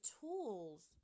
tools